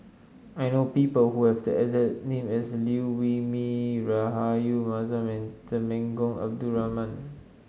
I know people who have the exact name as Liew Wee Mee Rahayu Mahzam and Temenggong Abdul Rahman